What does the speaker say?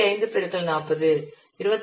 5 பெருக்கல் 40 26